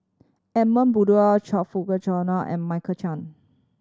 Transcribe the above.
Edmund Blundell Choe Fook Cheong and Michael Chiang